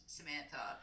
Samantha